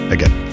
Again